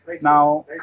Now